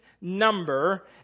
number